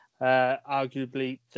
arguably